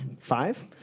Five